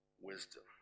wisdom